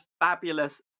fabulous